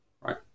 right